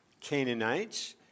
Canaanites